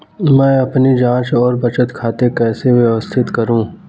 मैं अपनी जांच और बचत खाते कैसे व्यवस्थित करूँ?